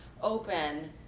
open